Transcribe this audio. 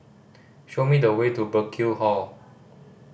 show me the way to Burkill Hall